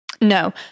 No